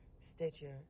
Stitcher